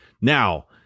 Now